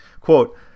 quote